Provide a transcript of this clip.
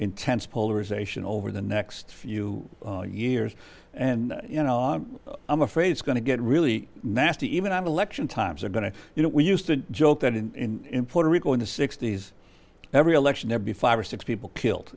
intense polarization over the next few years and you know i'm afraid it's going to get really nasty even on election times are going to you know we used to joke that in puerto rico in the sixty's every election there be five or six people killed